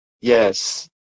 yes